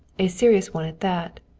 a serious one at that.